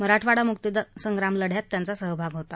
मराठवाडा मुक्तीसंग्राम लढ्यात त्यांचा सहभाग होता